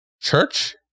church